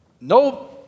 No